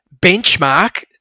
benchmark